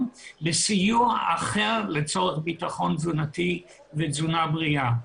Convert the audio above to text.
לסיוע אחר לצורך ביטחון תזונתי ותזונה בריאה.